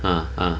ah ah